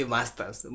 Masters